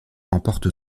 emporte